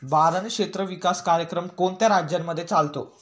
बारानी क्षेत्र विकास कार्यक्रम कोणत्या राज्यांमध्ये चालतो?